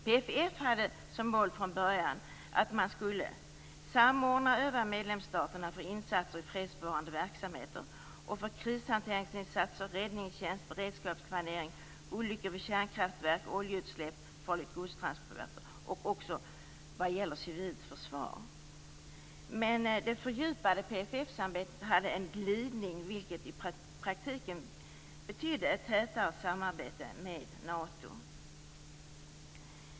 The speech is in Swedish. PFF hade från början som mål att samordna och öva medlemsstaterna för insatser i fredsbevarande verksamheter samt för krishanteringsinsatser, räddningstjänst, beredskapsplanering, olyckor vid kärnkraftverk, oljeutsläpp, transporter av farligt gods och dessutom civilförsvar. Det fördjupade PFF samarbetet hade dock en glidning, vilken i praktiken betydde ett tätare samarbete med Nato.